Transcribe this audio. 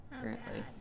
currently